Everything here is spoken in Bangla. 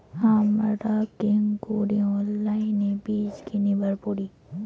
হামরা কেঙকরি অনলাইনে বীজ কিনিবার পারি?